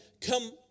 come